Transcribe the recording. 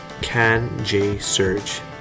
CanJSurge